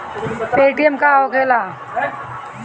Paytm का होखेला?